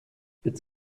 its